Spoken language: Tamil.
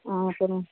ஆ சரி மேம்